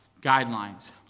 guidelines